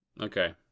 Okay